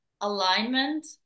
alignment